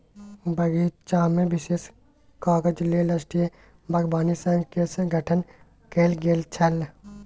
बगीचामे विशेष काजक लेल राष्ट्रीय बागवानी संघ केर गठन कैल गेल छल